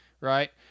right